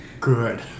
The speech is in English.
Good